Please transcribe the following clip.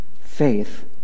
Faith